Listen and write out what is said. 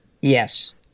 Yes